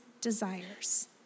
desires